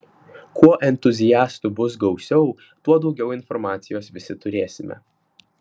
kuo entuziastų bus gausiau tuo daugiau informacijos visi turėsime